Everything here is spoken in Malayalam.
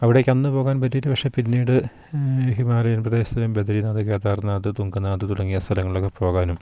അവിടേക്ക് അന്ന് പോകാൻ പറ്റിയിട്ടില്ല പക്ഷെ പിന്നീട് ഹിമാലയൻ പ്രദേശത്തെ ബദ്രീനാഥ് കേദാർനാഥ് തുങ്കനാഥ് തുടങ്ങിയ സ്ഥലങ്ങളിലൊക്കെ പോകാനും